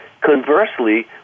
Conversely